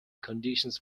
conditions